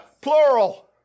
plural